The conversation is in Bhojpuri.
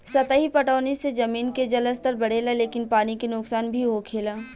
सतही पटौनी से जमीन के जलस्तर बढ़ेला लेकिन पानी के नुकसान भी होखेला